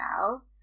now